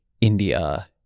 India